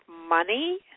money